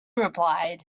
replied